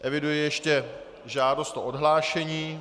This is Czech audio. Eviduji ještě žádost o odhlášení.